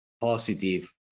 positive